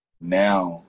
Now